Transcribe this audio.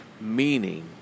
meaning